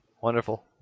Wonderful